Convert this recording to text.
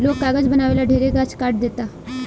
लोग कागज बनावे ला ढेरे गाछ काट देता